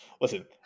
Listen